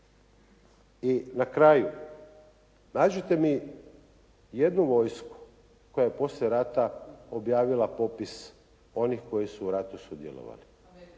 I na kraju, nađite mi jednu vojsku koja je poslije rata objavila popis onih koji su u ratu sudjelovali?